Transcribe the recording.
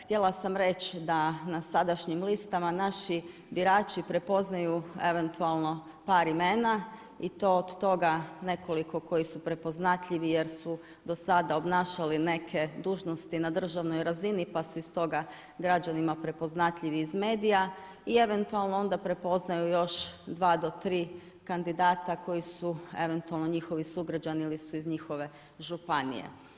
Htjela sam reći da na sadašnjim listama naši birači prepoznaju eventualno par imena i to od toga nekoliko koji su prepoznatljivi jer su do sada obnašali neke dužnosti na državnoj razini pa su iz toga građanima prepoznatljivi iz medija i eventualno prepoznaju još 2 do 3 kandidata koji su eventualno njihovi sugrađani ili su iz njihove županije.